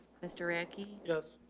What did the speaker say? mister rickey. yes.